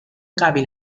قبیل